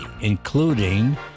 including